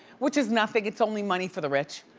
which is nothing, it's only money for the rich.